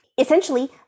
essentially